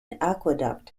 aqueduct